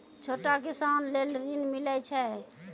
छोटा किसान लेल ॠन मिलय छै?